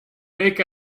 make